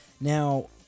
Now